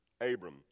Abram